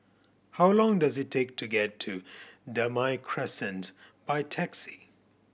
how long does it take to get to Damai Crescent by taxi